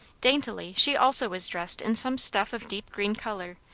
daintily she also was dressed in some stuff of deep green colour,